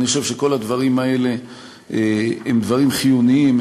אני חושב שכל הדברים האלה הם דברים חיוניים,